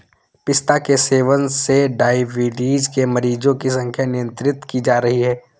पिस्ता के सेवन से डाइबिटीज के मरीजों की संख्या नियंत्रित की जा रही है